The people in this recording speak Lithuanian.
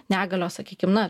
negalios sakykim na